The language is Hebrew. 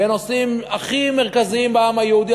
בנושאים הכי מרכזיים בעם היהודי,